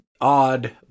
odd